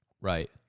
Right